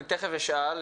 אני תכף אשאל,